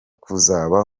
kuzaba